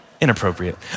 Inappropriate